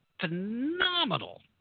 phenomenal